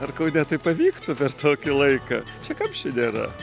ar kaune tai pavyktų per tokį laiką čia kamščių nėra